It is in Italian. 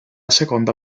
seconda